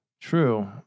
True